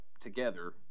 together –